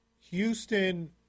Houston